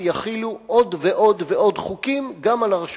שיחילו עוד ועוד חוקים גם על הרשות